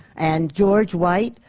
and george white,